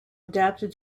adapted